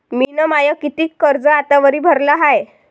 मिन माय कितीक कर्ज आतावरी भरलं हाय?